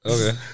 Okay